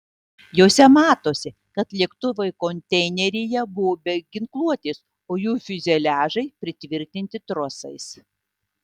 jose matosi kad lėktuvai konteineryje buvo be ginkluotės o jų fiuzeliažai pritvirtinti trosais